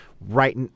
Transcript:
Right